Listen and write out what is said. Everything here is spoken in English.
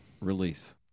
Release